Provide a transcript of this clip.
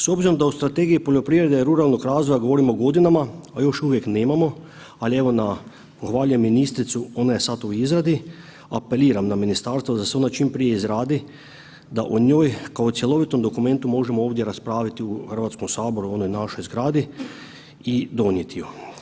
S obzirom da u strategiji poljoprivrede i ruralnog razvoja govorimo godinama, a još uvijek je nemamo, ali evo na, pohvaljujem ministricu ona je sad u izradi, apeliram na ministarstvo da se ona čim prije izradi, da o njoj kao cjelovitom dokumentu možemo ovdje raspraviti u Hrvatskom saboru, onoj našoj zgradi i donijeti ju.